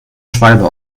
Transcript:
schwalbe